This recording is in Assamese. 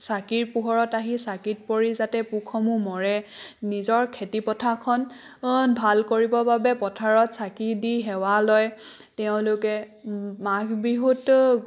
চাকিৰ পোহৰত আহি চাকিত পৰি যাতে পোকসমূহ মৰে নিজৰ খেতিপথাৰখন ভাল কৰিবৰ বাবে পথাৰত চাকি দি সেৱা লয় তেওঁলোকে মাঘ বিহুত